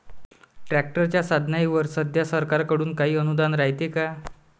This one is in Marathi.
ट्रॅक्टरच्या साधनाईवर सध्या सरकार कडून काही अनुदान रायते का?